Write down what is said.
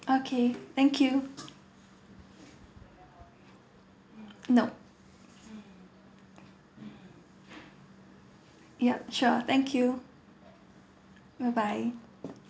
okay thank you nope yup sure thank you bye bye